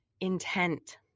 intent